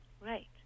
Right